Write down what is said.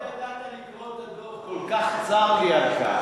ממש לא ידעת לקרוא את הדוח, כל כך צר לי על כך.